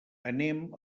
anem